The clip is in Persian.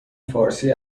فارسی